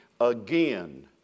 again